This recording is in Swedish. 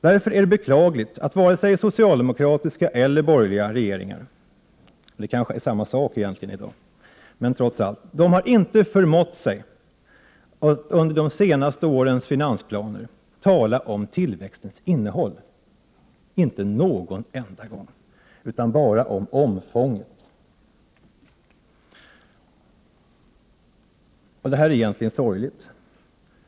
Därför är det beklagligt att varken socialdemokratiska eller borgerliga regeringar — egentligen är det kanske samma sak i dag — någon enda gång i de senaste årens finansplaner förmått sig att tala om tillväxtens innehåll, utan bara om omfånget. Detta är egentligen sorgligt.